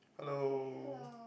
hello